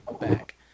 back